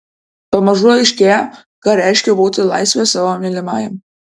pamažu aiškėja ką reiškia būti laisve savo mylimajam